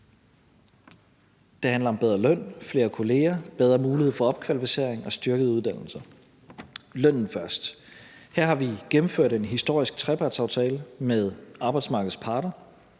Det handler om bedre løn, flere kolleger, bedre mulighed for opkvalificering og styrket uddannelse. Lønnen først. Her har vi gennemført en historisk trepartsaftale med arbejdsmarkedets parter